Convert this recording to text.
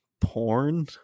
porn